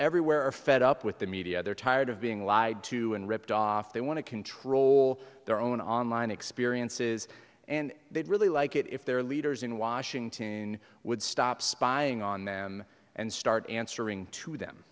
everywhere are fed up with the media they're tired of being lied to and ripped off they want to control their own online experiences and they'd really like it if their leaders in washington would stop spying on them and start answering to them